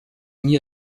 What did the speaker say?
mir